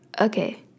Okay